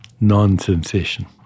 non-sensation